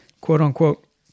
quote-unquote